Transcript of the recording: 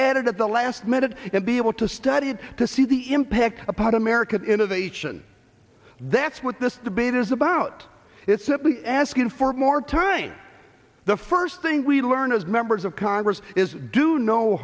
added at the last minute and be able to study it to see the impact apart american innovation that's what this debate is about is simply asking for more time the first thing we learn as members of congress is do no